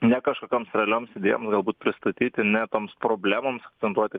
ne kažkokioms realioms idėjoms galbūt pristatyti ne toms problemoms akcentuoti